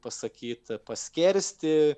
pasakyt paskersti